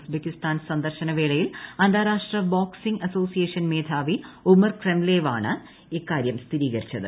Uzbekistan സന്ദർശന വേളയിൽ അന്താരാഷ്ട്ര ബോക്സിങ് അസോസിയേഷൻ മേധാവി ഉമർ ക്രംലേവാണ് ഇക്കാര്യം സ്ഥിരീകരിച്ചത്